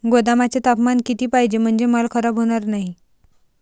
गोदामाचे तापमान किती पाहिजे? म्हणजे माल खराब होणार नाही?